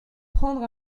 prendre